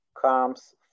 comes